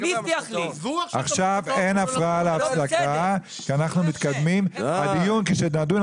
עכשיו אין הפרעה, כי אנחנו מתקדמים בדיון.